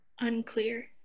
Unclear